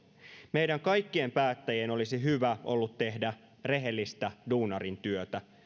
meidän kaikkien päättäjien olisi hyvä ollut tehdä rehellistä duunarin työtä